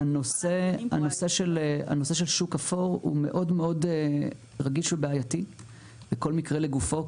הנושא של שוק אפור הוא מאוד מאוד רגיש ובעייתי וכל מקרה לגופו,